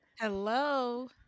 Hello